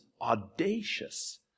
audacious